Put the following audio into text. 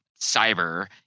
cyber